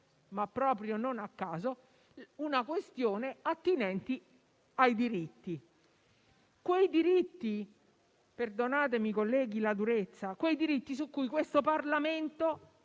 riguarda - non a caso - questioni attinenti ai diritti, quei diritti - perdonatemi, colleghi, la durezza - su cui questo Parlamento